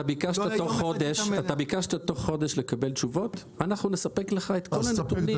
אתה ביקשת תוך חודש לקבל תשובות אנחנו נספק לך את כל הנתונים.